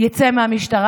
יצא מהמשטרה,